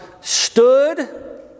stood